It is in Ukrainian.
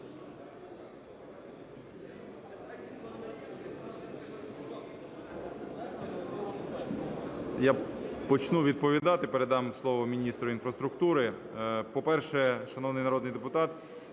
Я почну відповідати, передам слово міністру інфраструктури. По-перше, шановний народний депутат,